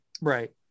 right